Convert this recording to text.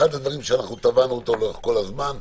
אחד הדברים שתבענו אותו לאורך כל הזמן,